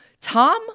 Tom